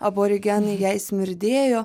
aborigenai jai smirdėjo